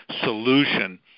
solution